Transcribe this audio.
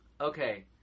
Okay